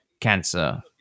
cancer